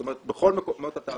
זאת אומרת בכל מקומות התעסוקה.